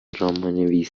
اون